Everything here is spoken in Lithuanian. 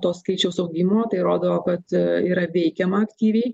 to skaičiaus augimo tai rodo kad yra veikiama aktyviai